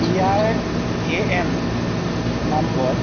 PRAN number